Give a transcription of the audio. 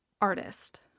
artist